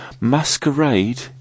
Masquerade